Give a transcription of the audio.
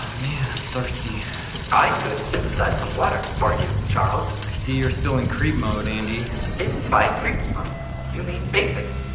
man, i'm thirsty i could synthesize some water for you, charles i see you're still in creep mode, andi if by creep mode you mean basics,